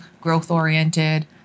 growth-oriented